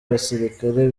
abasirikare